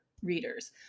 readers